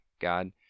god